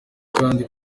kandi